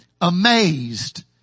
amazed